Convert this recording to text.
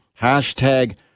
Hashtag